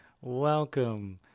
Welcome